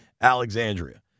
Alexandria